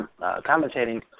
commentating